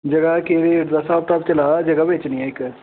ते असें जगह बेचनी ऐ इक्क